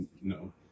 No